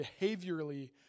behaviorally